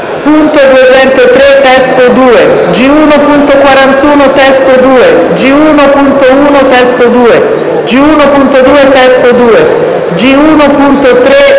G1.203 (testo 2), G1.41 (testo 2), G1.1 (testo 2), G1.2 (testo 2), G1.3 (testo 2),